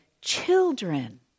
children